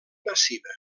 massiva